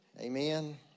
Amen